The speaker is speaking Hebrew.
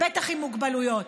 ובטח עם מוגבלויות.